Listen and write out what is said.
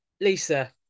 Lisa